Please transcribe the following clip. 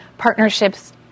Partnerships